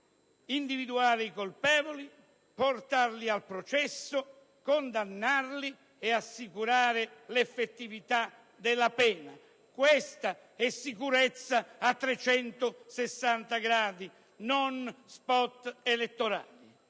individuare i colpevoli, portarli a processo, condannarli e assicurare l'effettività della pena. Questa sarebbe sicurezza a 360 gradi, non gli *spot* elettorali